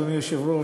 אדוני היושב-ראש,